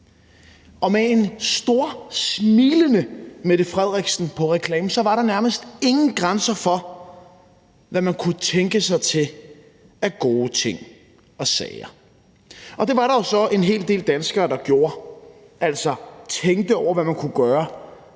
Og med en storsmilende Mette Frederiksen på reklamerne var der nærmest ingen grænser for, hvad man kunne tænke sig til af gode ting og sager. Og det var der jo så en hel del danskere, der gjorde, altså tænkte over, hvad man kunne gøre,